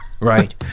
Right